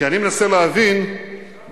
כי אני מנסה להבין באמת,